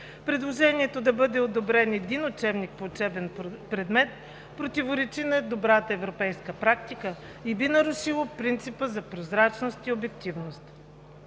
Предложението да бъде одобрен един учебник по учебен предмет противоречи на добрата европейска практика и би нарушило принципа за прозрачност и обективност.